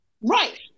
Right